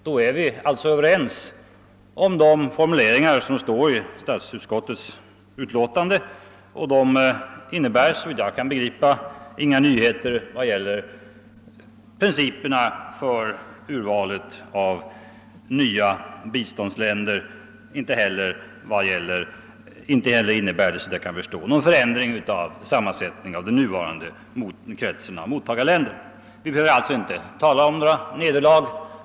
Då är vi alltså överens om de formuleringar som står i statsutskottets utlåtande. De innebär, såvitt jag kan begripa, inga nyheter vad beträffar principerna för urvalet av nya biståndsländer, inte heller innebär de, såvitt jag kan förstå, någon förändring av sammansättningen av den nuvarande kretsen av mottagarländer. Vi behöver alltså inte tala om några nederlag.